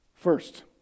First